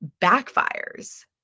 backfires